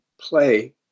play